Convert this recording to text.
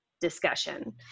discussion